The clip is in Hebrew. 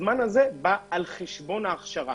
אך באה על חשבון זמן ההכשרה.